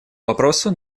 вопросу